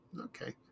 Okay